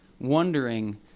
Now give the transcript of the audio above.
wondering